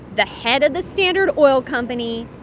the head of the standard oil company,